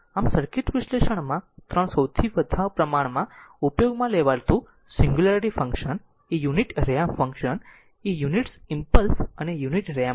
આમ સર્કિટ વિશ્લેષણમાં 3 સૌથી વધુ પ્રમાણમાં ઉપયોગમાં લેવાતું સિંગ્યુલારીટી ફંક્શન એ યુનિટ સ્ટેપ ફંક્શન એ યુનિટ્સ ઇમ્પલ્સ અને યુનિટ રેમ્પ છે